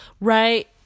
right